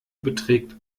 beträgt